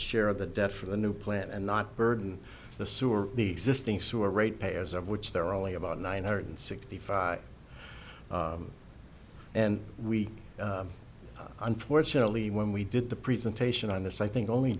of the debt for the new plant and not burden the sewer the existing sewer rate payers of which there are only about nine hundred sixty five and we unfortunately when we did the presentation on this i think only